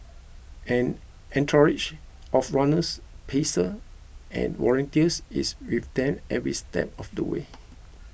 an entourage of runners pacer and volunteers is with them every step of the way